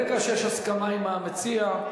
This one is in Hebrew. ברגע שיש הסכמה עם המציע,